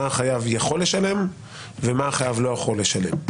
מה החייב יכול לשלם ומה הוא לא יכול לשלם.